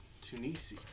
Tunisia